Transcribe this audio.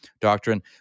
doctrine